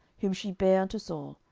whom she bare unto saul,